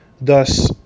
Thus